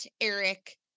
eric